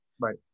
right